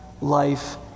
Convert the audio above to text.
life